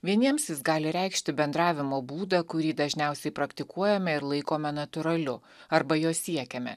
vieniems jis gali reikšti bendravimo būdą kurį dažniausiai praktikuojame ir laikome natūraliu arba jo siekiame